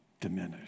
diminish